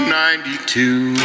ninety-two